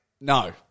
no